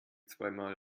zweimal